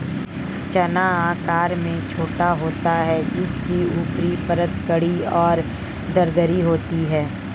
चना आकार में छोटा होता है जिसकी ऊपरी परत कड़ी और दरदरी होती है